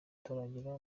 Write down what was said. utaragera